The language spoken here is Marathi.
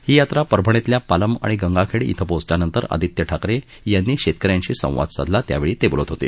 ही यात्रा परभणीतल्या पालम आणि गंगाखेड इथं पोचल्यानंतर आदित्य ठाकरे यांनी शेतकऱ्यांशी संवाद साधला त्यावेळी ते बोलत होते